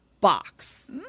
box